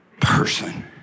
person